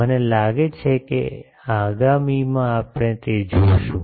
મને લાગે છે કે આગામીમાં આપણે તે જોશું